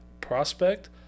prospect